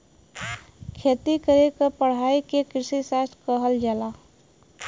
खेती करे क पढ़ाई के कृषिशास्त्र कहल जाला